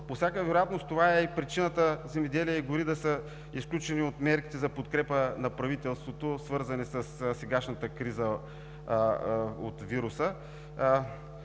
По всяка вероятност това е и причината „Земеделие и гори“ да са изключени от мерките за подкрепа на правителството, свързани със сегашната криза от вируса.